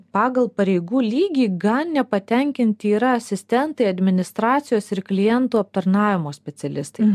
pagal pareigų lygį gan nepatenkinti yra asistentai administracijos ir klientų aptarnavimo specialistai